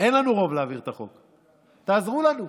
אין לנו רוב להעביר את החוק, תעזרו לנו,